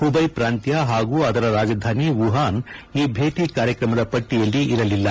ಹುಬೈ ಪ್ರಾಂತ್ಯ ಪಾಗೂ ಅದರ ರಾಜಧಾನಿ ವುಹಾನ್ ಈ ಭೇಟಿ ಕಾರ್ಯಕ್ರಮದ ಪಟ್ಟಿಯಲ್ಲಿ ಇರಲಿಲ್ಲ